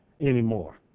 anymore